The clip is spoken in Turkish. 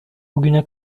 bugüne